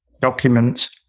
documents